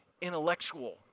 intellectual